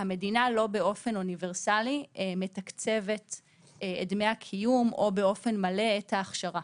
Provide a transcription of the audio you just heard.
המדינה לא באופן אוניברסלי מתקצבת את דמי הקיום או באופן מלא את ההכשרה.